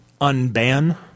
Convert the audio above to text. unban